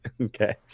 Okay